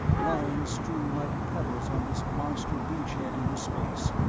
lying strewn like pebbles on this monster beachhead into space,